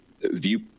view